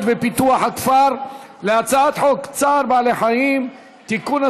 ופיתוח הכפר על הצעת חוק צער בעלי חיים (תיקון,